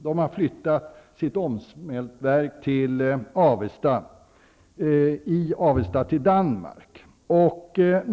Det har flyttat sitt omsmältverk i Avesta till Danmark.